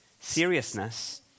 seriousness